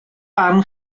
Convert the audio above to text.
barn